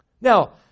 Now